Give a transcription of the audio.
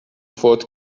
فوت